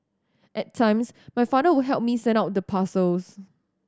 at times my father would help me send out the parcels